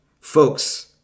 Folks